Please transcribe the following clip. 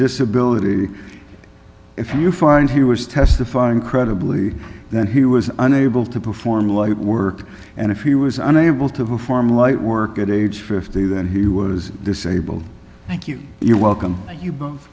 disability if you find he was testifying credibly then he was unable to perform light work and if he was unable to perform light work at age fifty then he was disabled thank you you're welcome you both